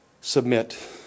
submit